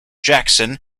jackson